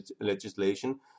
legislation